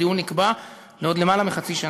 הדיון נקבע לעוד למעלה מחצי שנה.